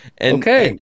Okay